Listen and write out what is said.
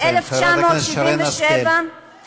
חברת הכנסת שרן השכל, נא לסיים.